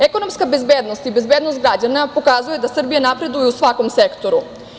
Ekonomska bezbednost i bezbednost građana pokazuje da Srbija napreduje u svakom sektoru.